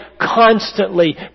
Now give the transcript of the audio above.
constantly